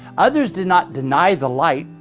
others did not deny the light,